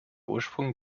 ursprung